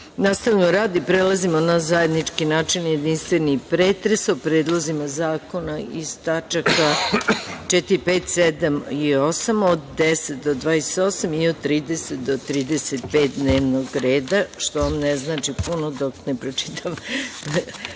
sa radom i prelazimo na zajednički načelni i jedinstveni pretres o predlozima zakona iz tačaka 4, 5, 7. i 8, od 10. do 28. i od 30. do 35. dnevnog reda, što vam ne znači puno dok ne pročitam